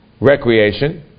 recreation